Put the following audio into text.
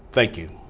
thank you.